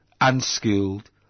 unskilled